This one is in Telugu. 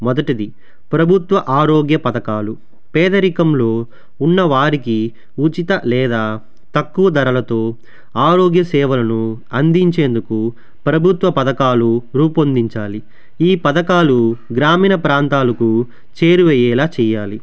మొదటిది ప్రభుత్వ ఆరోగ్య పథకాలు పేదరికంలో ఉన్న వారికి ఉచిత లేదా తక్కువ ధరలతో ఆరోగ్య సేవలను అందించేందుకు ప్రభుత్వ పథకాలు రూపొందించాలి ఈ పథకాలు గ్రామీణ ప్రాంతాలకు చేరువ అయ్యేలా చెయ్యాలి